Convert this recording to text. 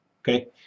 Okay